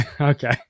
okay